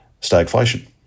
stagflation